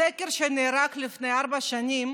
בסקר שנערך לפני ארבע שנים,